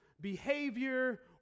behavior